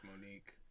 Monique